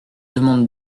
demande